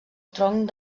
tronc